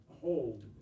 hold